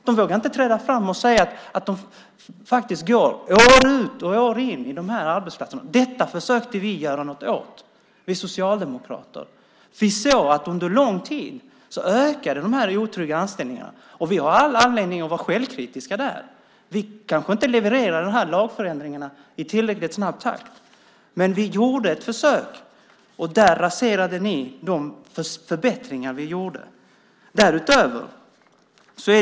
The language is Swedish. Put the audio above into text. De vågar inte träda fram och säga att de går år ut och år in i de här anställningarna. Detta försökte vi socialdemokrater göra något åt. Vi såg att de här otrygga anställningarna ökade under lång tid. Vi har all anledning att vara självkritiska där. Vi kanske inte levererade de här lagförändringarna i tillräckligt snabb takt, men vi gjorde ett försök. De förbättringar vi gjorde raserade ni.